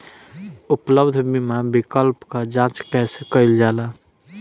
उपलब्ध बीमा विकल्प क जांच कैसे कइल जाला?